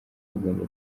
bagomba